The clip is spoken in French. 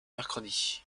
mercredis